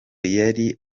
yari